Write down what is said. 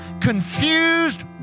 confused